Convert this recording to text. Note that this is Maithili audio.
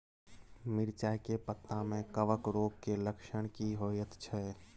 मिर्चाय के पत्ता में कवक रोग के लक्षण की होयत छै?